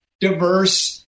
diverse